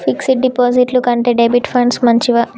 Fix డ్ డిపాజిట్ల కంటే డెబిట్ ఫండ్స్ మంచివా?